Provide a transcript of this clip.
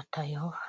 atayoba.